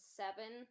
seven